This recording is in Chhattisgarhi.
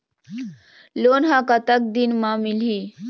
लोन ह कतक दिन मा मिलही?